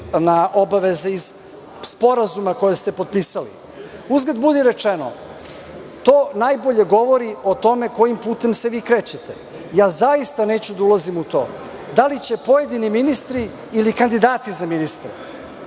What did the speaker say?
na obaveze iz sporazuma koje ste potpisali. Uzgred budi rečeno, to najbolje govori o tome kojim putem se vi krećete. Zaista neću da ulazim u to. Da li će pojedini ministri ili kandidati za ministre